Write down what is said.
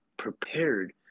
prepared